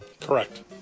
Correct